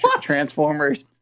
Transformers